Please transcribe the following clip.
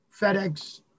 FedEx